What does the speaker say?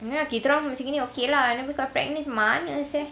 ya kita orang macam gini okay lah habis kalau kau pregnant macam mana seh